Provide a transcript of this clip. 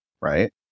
right